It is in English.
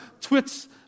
Twits